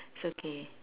it's okay